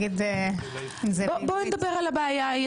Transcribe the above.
בואו נדבר על הבעיה.